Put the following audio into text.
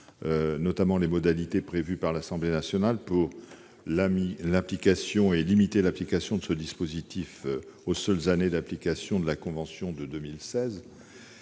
sécuriser les modalités prévues par l'Assemblée nationale pour limiter l'application de ce dispositif fiscal aux seules années d'application de la convention médicale